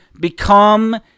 become